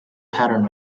pattern